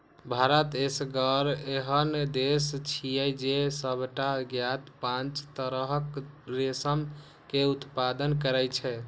भारत एसगर एहन देश छियै, जे सबटा ज्ञात पांच तरहक रेशम के उत्पादन करै छै